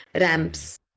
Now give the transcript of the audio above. ramps